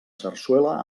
sarsuela